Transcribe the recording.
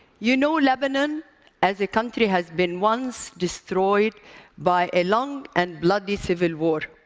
you know, lebanon as a country has been once destroyed by a long and bloody civil war.